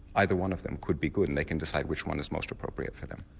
either one of them could be good and they can decide which one is most appropriate for them.